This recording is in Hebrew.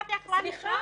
סליחה,